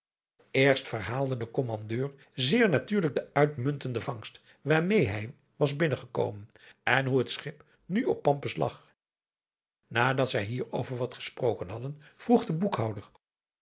eerst verhaalde de kommandeur zeer natuurlijk de uitmuntende vangst waarmeê hij was binnengekomen en hoe het schip nu op pampus lag nadat zij hierover wat gesproken hadden vroeg de boekhouder